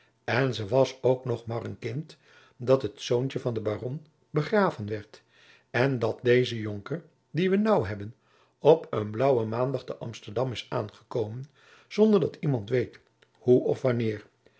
en ze was ook nog moâr een kind dat het zoontje van den baron begraven werd en dat deze jonker dien we nou hebben op een blaauwen maandag te amsterdam is aangekomen zonder dat iemand weet hoe of wanneer